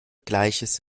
gleiches